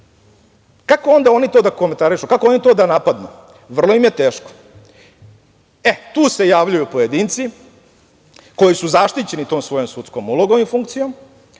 Kako onda oni to da komentarišu? Kako onda oni to da napadnu? Vrlo im je teško. E, tu se javljaju pojedinci koji su zaštićeni tom svojom sudskom ulogom i funkcijom,